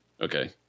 Okay